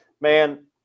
man